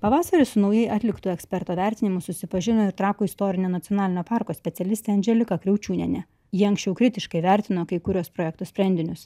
pavasarį su naujai atliktu eksperto vertinimu susipažino ir trakų istorinio nacionalinio parko specialistė andželika kriaučiūnienė ji anksčiau kritiškai vertino kai kuriuos projekto sprendinius